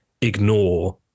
ignore